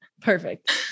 Perfect